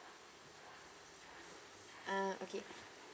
ah okay